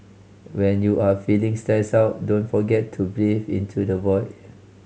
when you are feeling stressed out don't forget to breathe into the void